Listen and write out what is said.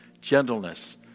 gentleness